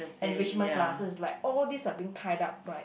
enrichment classes like all these are being tied up right